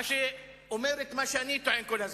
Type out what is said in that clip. מה שאומר את מה שאני טוען כל הזמן: